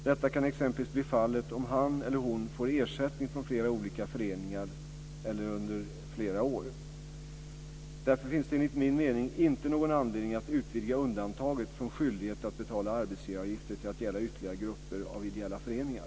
Detta kan t.ex. bli fallet om han eller hon får ersättning från flera olika föreningar eller under flera år. Det finns därför enligt min mening inte någon anledning att utvidga undantaget från skyldighet att betala arbetsgivaravgifter till att gälla ytterligare grupper av ideella föreningar.